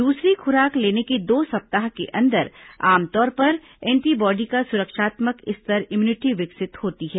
दूसरी खुराक लेने के दो सप्ताह के अंदर आमतौर पर एंटी बॉडी का सुरक्षात्मक स्तर इम्यूनिटी विकसित होती है